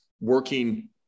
working